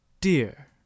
Dear